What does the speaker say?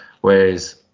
Whereas